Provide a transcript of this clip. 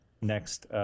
next